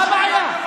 מה הבעיה?